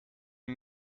een